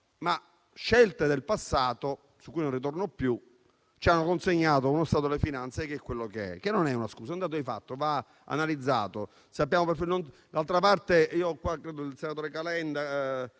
ma scelte del passato, su cui non ritorno più, ci hanno consegnato uno Stato delle finanze che è quello che è. Non è una scusa: è un dato di fatto, che va analizzato. D'altra parte, credo che il senatore Calenda